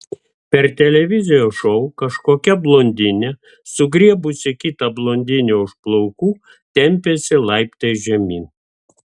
per televizijos šou kažkokia blondinė sugriebusi kitą blondinę už plaukų tempėsi laiptais žemyn